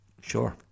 sure